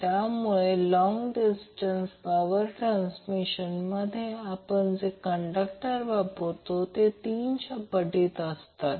त्यामुळे long distance power ट्रान्समिशनमध्ये आपण जे कंडक्टर वापरतो ते तीनच्या पटीत असतात